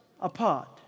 apart